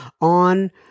on